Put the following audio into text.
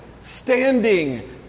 standing